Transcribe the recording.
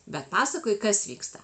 bet pasakoj kas vyksta